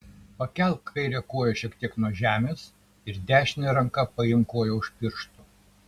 pakelk kairę koją šiek tiek nuo žemės ir dešine ranka paimk koją už pirštų